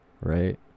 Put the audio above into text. right